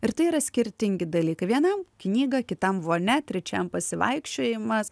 ir tai yra skirtingi dalykai vienam knyga kitam vonia trečiam pasivaikščiojimas